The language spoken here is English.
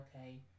okay